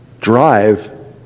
drive